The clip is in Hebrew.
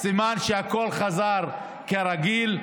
וזה סימן שהכול חזר להיות כרגיל.